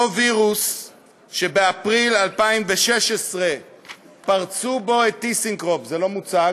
אותו וירוס שבאפריל 2016 פרצו בו את "טיסנקרופ" זה לא מוצג,